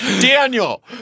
Daniel